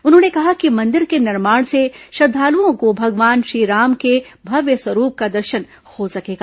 उन्होंने कहा कि मंदिर के निर्माण से श्रद्वालुओं को भगवान श्रीराम के भव्य स्वरूप का दर्शन हो सकेगा